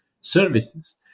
services